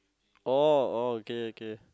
oh oh okay okay